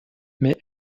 mais